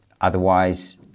Otherwise